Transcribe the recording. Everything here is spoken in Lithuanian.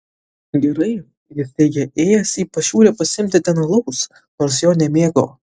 gerai jis teigė ėjęs į pašiūrę pasiimti ten alaus nors jo nemėgo